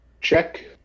check